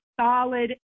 solid